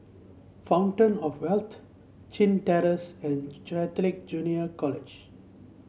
Fountain Of Wealth Chin Terrace and Catholic Junior College